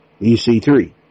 EC3